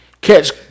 catch